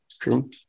true